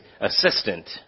assistant